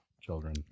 children